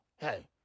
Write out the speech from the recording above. Hey